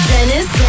Dennis